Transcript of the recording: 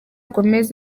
gomez